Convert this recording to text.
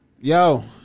Yo